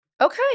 Okay